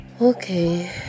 Okay